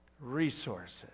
resources